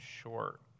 short